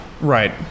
Right